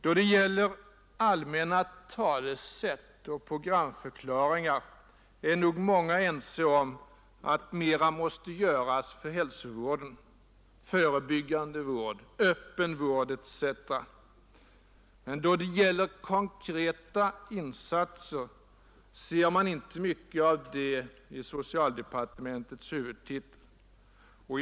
Då det gäller allmänna talesätt och programförklaringar är nog många ense om att mera måste göras för hälsovård, förebyggande vård, öppen vård etc., men av konkreta sådana insatser ser man inte mycket i socialdepartementets huvudtitel.